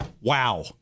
Wow